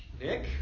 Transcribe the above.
Nick